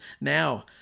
now